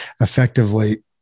effectively